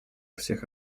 всех